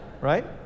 right